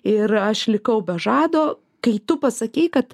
ir aš likau be žado kai tu pasakei kad